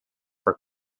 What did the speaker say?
for